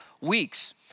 weeks